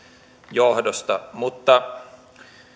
johdosta mutta